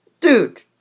dude